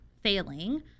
failing